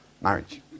marriage